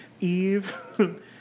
Eve